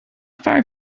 far